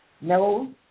no